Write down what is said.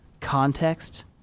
context